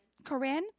Corinne